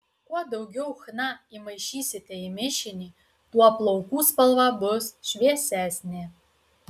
kuo daugiau chna įmaišysite į mišinį tuo plaukų spalva bus šviesesnė